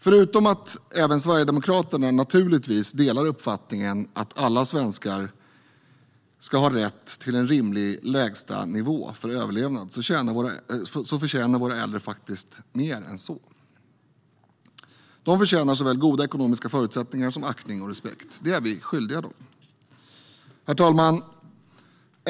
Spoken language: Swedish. Förutom att även Sverigedemokraterna naturligtvis delar uppfattningen att alla svenskar ska ha rätt till en rimlig lägstanivå för överlevnad förtjänar våra äldre faktiskt mer än så. De förtjänar såväl goda ekonomiska förutsättningar som aktning och respekt. Det är vi skyldiga dem. Herr talman!